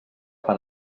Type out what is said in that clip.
fan